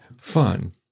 fun